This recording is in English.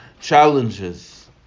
challenges